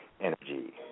energy